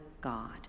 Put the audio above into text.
God